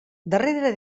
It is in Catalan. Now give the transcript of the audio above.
darrere